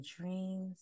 dreams